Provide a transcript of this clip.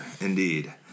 indeed